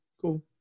cool